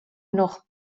noch